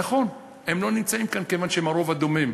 נכון, הם לא נמצאים כאן כיוון שהם הרוב הדומם.